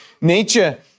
nature